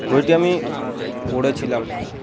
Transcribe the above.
বইটি আমি পড়েছিলাম